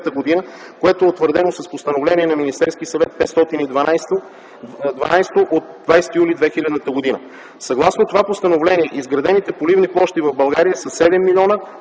г., което е утвърдено с Постановление на Министерския съвет № 512 от 20 юли 2000 г. Съгласно това постановление изградените поливни площи в България са 7 млн.